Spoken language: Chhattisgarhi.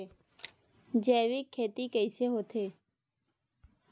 जैविक खेती कइसे होथे?